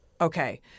okay